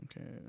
Okay